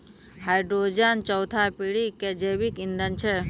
hydrogen चौथा पीढ़ी के जैविक ईंधन छै